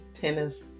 tennis